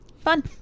fun